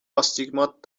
آستیگمات